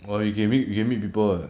but you can you can meet people [what]